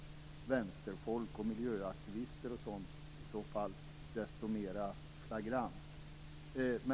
Propositioner ställdes först beträffande envar av de frågor som berördes i de reservationer som fogats till betänkandet därefter i ett sammanhang på övriga upptagna frågor.